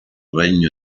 regno